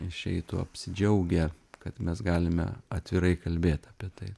išeitų apsidžiaugę kad mes galime atvirai kalbėt apie tai